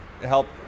help